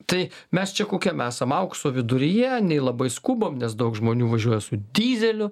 tai mes čia kokiam esam aukso viduryje nei labai skubam nes daug žmonių važiuoja su dyzeliu